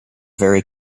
very